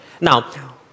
Now